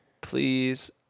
please